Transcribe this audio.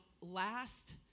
last